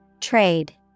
Trade